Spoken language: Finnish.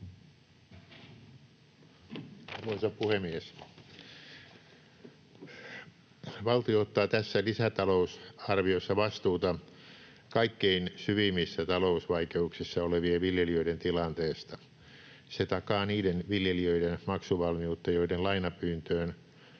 Arvoisa puhemies! Valtio ottaa tässä lisätalousarviossa vastuuta kaikkein syvimmissä talousvaikeuksissa olevien viljelijöiden tilanteesta. Se takaa niiden viljelijöiden maksuvalmiutta, joiden lainapyyntöön